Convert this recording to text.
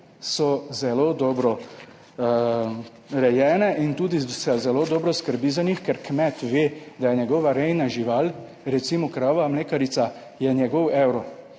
so zelo dobro rejene in tudi se zelo dobro skrbi za njih, ker kmet ve, da je njegova rejna žival, recimo krava mlekarica, je njegov evro